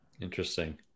Interesting